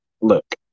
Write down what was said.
look